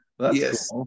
Yes